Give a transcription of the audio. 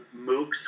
MOOCs